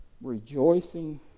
rejoicing